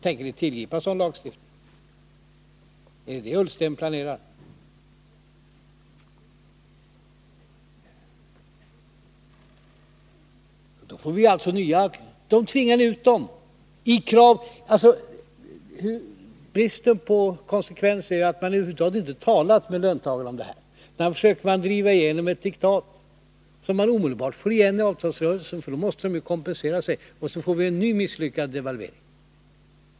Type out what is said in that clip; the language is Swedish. Tänker ni tillgripa sådan lagstiftning? Är det det Ola Ullsten planerar? Bristen på konsekvens gör att man över huvud taget inte har talat med löntagarna om detta förslag. Man försöker driva igenom ett diktat, som man omedelbart får igen i form av krav i avtalsrörelsen. Då måste ju löntagarna kompensera sig, och så får vi en ny misslyckad devalvering.